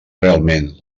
realment